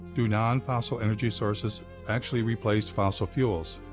do non-fossil energy sources actually replace fossil fuels?